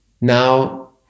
Now